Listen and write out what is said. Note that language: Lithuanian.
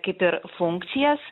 kaip ir funkcijas